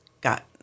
got